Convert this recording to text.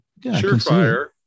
surefire